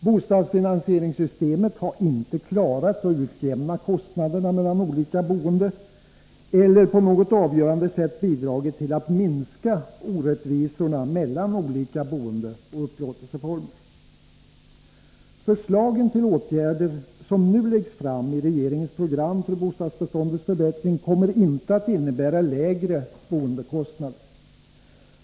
Bostadsfinansieringssystemet har inte klarat att utjämna kostnaderna mellan olika boende eller på något avgörande sätt bidragit till att minska orättvisorna mellan olika boendeoch upplåtelseformer. Det förslag till åtgärder som nu läggs fram i regeringens program för bostadsbeståndets förbättring kommer inte att innebära lägre boendekostnader.